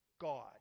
God